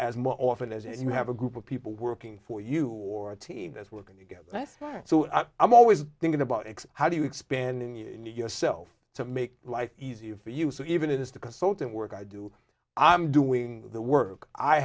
more often as if you have a group of people working for you or a team that's working together less so i'm always thinking about how do you expand yourself to make life easier for you so even it is the consultant work i do i'm doing the work i